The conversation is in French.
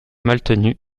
maltenu